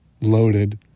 loaded